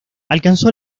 alcanzó